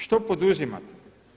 Što poduzimate?